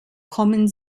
kommen